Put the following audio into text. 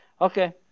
Okay